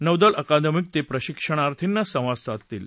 नौदल अकादमीत ते प्रशिक्षणार्थींशी संवाद साधतील